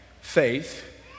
faith